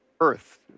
earth